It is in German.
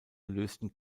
lösten